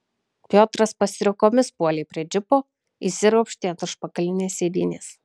piotras pastriuokomis puolė prie džipo įsiropštė ant užpakalinės sėdynės